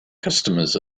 customers